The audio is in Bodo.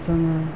जोङो